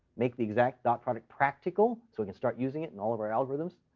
make the exact dot product practical so we can start using it in all of our algorithms.